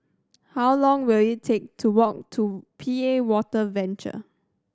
how long will it take to walk to P A Water Venture